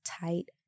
tight